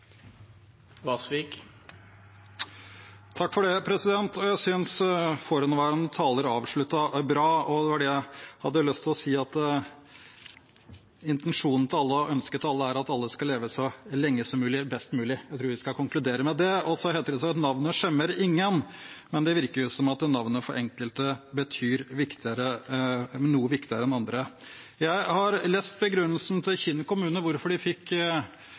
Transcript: og ønsket til alle er at alle skal leve så lenge som mulig, best mulig. Jeg tror vi skal konkludere med det. Så heter det seg at navnet skjemmer ingen. Men det virker som at navnet for enkelte er noe viktigere enn for andre. Jeg har lest begrunnelsen for hvorfor Kinn kommune fikk Leve hele livet-prisen i 2020. Det er en bra begrunnelse. Jeg er litt overrasket over at representanten Svardal Bøe framhever det ene punktet, at de